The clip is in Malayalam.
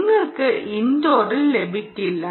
നിങ്ങൾക്കത് ഇൻഡോറിൽ ലഭിക്കില്ല